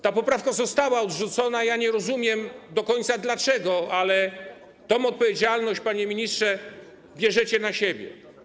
Ta poprawka została odrzucona, nie rozumiem do końca dlaczego, ale tę odpowiedzialność, panie ministrze, bierzecie na siebie.